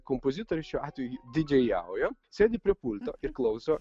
kompozitorius šiuo atveju didžėjauja sėdi prie pulto ir klauso